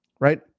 right